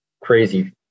crazy